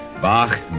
Bach